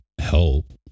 help